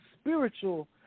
spiritual